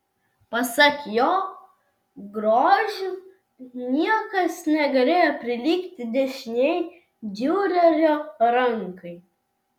pasak jo grožiu niekas negalėjo prilygti dešinei diurerio rankai